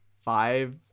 five